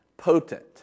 potent